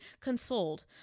consoled